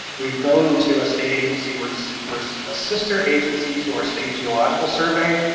we've grown into a state agency. we're so we're a sister agency to our state geological survey,